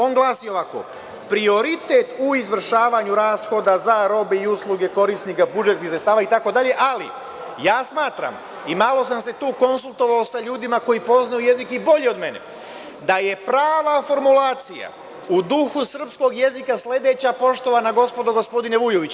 On glasi ovako: „Prioritet u izvršavanju rashoda za robe i usluge korisnika budžetskih sredstava itd“, ali ja smatram i malo sam se tu konsultovao sa ljudima koji poznaju jezik bolje od mene da je prava formulacija u duhu srpskog jezika sledeća, poštovana gospodo, gospodine Vujoviću…